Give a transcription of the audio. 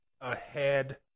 ahead